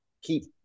keep